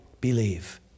believe